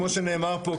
כמו שנאמר פה,